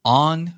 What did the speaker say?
on